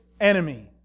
enemy